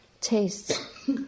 tastes